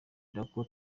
nako